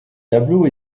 tableaux